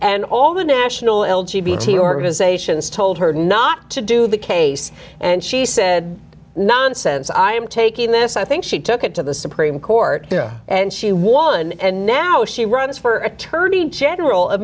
and all the national l g b t organizations told her not to do the case and she said nonsense i am taking this i think she took it to the supreme court and she won and now she runs for attorney general